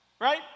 right